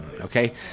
okay